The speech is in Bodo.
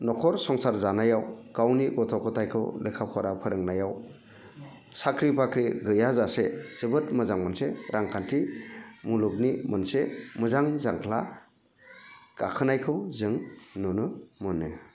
न'खर संसार जानायाव गावनि गथ' गथाइखौ लेखा फरा फोरोंनायाव साख्रि बाख्रि गैया जासे जोबोद मोजां मोनसे रांखान्थि मुलुगनि मोनसे मोजां जांख्ला गाखोनायखौ जों नुनो मोनो